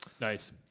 Nice